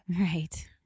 Right